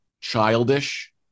childish